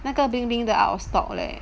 那个 bling bling 的 out of stock leh